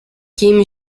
kim